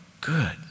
good